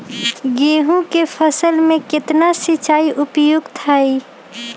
गेंहू के फसल में केतना सिंचाई उपयुक्त हाइ?